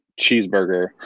cheeseburger